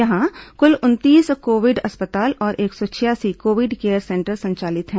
यहां कुल उनतीस कोविड अस्पताल और एक सौ छियासी कोविड केयर सेंटर संचालित हैं